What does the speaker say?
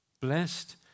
blessed